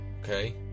okay